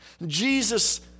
Jesus